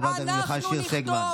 חברת הכנסת מיכל שיר סגמן.